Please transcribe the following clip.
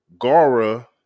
Gara